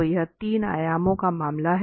तो यह 3 आयामों का मामला है